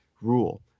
rule